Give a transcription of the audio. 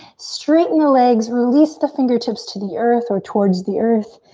straighten the legs, release the fingertips to the earth or towards the earth.